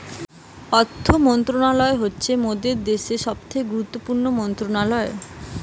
অর্থ মন্ত্রণালয় হচ্ছে মোদের দ্যাশের সবথেকে গুরুত্বপূর্ণ মন্ত্রণালয়